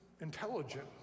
intelligent